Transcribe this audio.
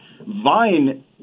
Vine